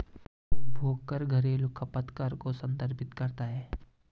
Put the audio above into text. उपभोग कर घरेलू खपत कर को संदर्भित करता है